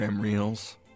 Reels